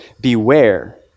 beware